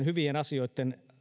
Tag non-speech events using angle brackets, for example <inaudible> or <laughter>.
<unintelligible> hyvien asioitten